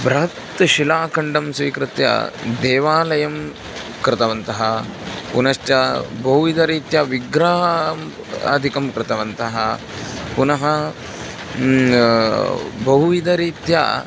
बृहत् शिलाखण्डं स्वीकृत्य देवालयं कृतवन्तः पुनश्च बहुविधरीत्या विग्रहम् आदिकं कृतवन्तः पुनः बहुविधरीत्या